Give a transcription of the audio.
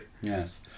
yes